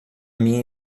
minha